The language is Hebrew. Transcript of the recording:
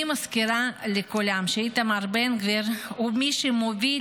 אני מזכירה לכולם שאיתמר בן גביר הוא מי שמוביל